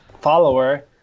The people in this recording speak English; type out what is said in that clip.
follower